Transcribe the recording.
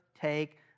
take